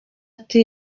ati